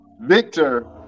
Victor